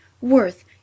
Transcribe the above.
Worth